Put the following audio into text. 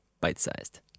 bite-sized